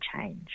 change